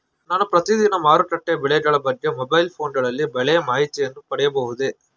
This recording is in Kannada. ನಾನು ಪ್ರತಿದಿನ ಮಾರುಕಟ್ಟೆಯ ಬೆಲೆಗಳ ಬಗ್ಗೆ ಮೊಬೈಲ್ ಫೋನ್ ಗಳಲ್ಲಿ ಬೆಲೆಯ ಮಾಹಿತಿಯನ್ನು ಪಡೆಯಬಹುದೇ?